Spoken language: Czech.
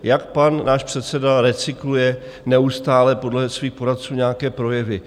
Jak pan náš předseda recykluje neustále podle svých poradců nějaké projevy.